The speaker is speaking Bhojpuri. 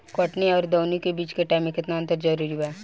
कटनी आउर दऊनी के बीच के टाइम मे केतना अंतर जरूरी बा?